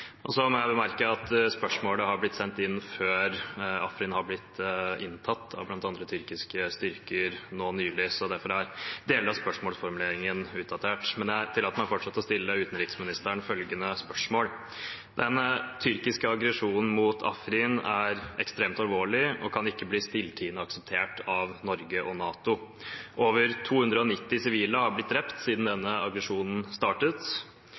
og andre med Newroz-feiringen som er i dag. Så vil jeg bemerke at spørsmålet ble sendt inn før Afrin ble inntatt av bl.a. tyrkiske styrker nå nylig. Derfor er deler av spørsmålsformuleringen utdatert. Jeg tillater meg fortsatt å stille utenriksministeren følgende spørsmål: «Den tyrkiske aggresjonen mot Afrin er ekstremt alvorlig og kan ikke bli stilltiende akseptert av Norge og NATO. Over 290 sivile har blitt drept siden denne aggresjonen startet.